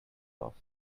off